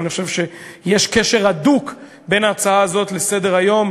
אבל אני חושב שיש קשר הדוק בין ההצעה הזאת לסדר-היום